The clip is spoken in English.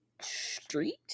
Street